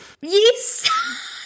Yes